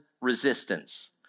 resistance